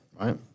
right